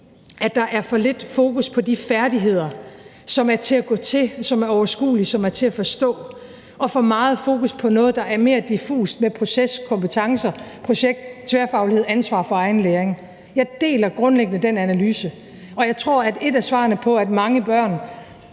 at der er for lidt fokus på de færdigheder, som er til at gå til, som er overskuelige, og som er til at forstå, og for meget fokus på noget, der er mere diffust, med proces, kompetencer, projekt, tværfaglighed, ansvar for egen læring. Jeg deler grundlæggende den analyse, og jeg tror, at det er et af svarene på, hvorfor mange børn,